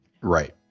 Right